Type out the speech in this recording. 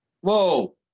whoa